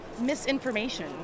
misinformation